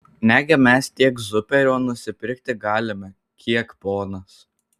negi mes tiek zuperio nusipirkti galime kiek ponas